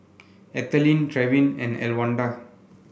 Ethelene Trevin and Elwanda